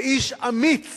לאיש אמיץ